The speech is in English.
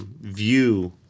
view